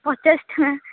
ପଚାଶ ଟଙ୍କା